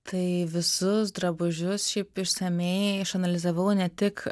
tai visus drabužius šiaip išsamiai išanalizavau ne tik